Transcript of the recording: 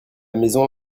maison